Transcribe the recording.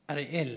אריאל.